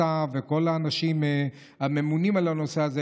השר וכל האנשים הממונים על הנושא הזה,